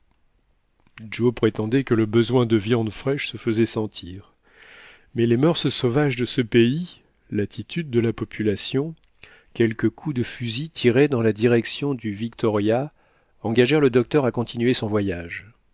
joe prétendait que le besoin de viande fraîche se faisait sentir mais les murs sauvages de ce pays l'attitude de là population quelques coups de fusil tirés dans la direction du victoria engagèrent le docteur à continuer son voyage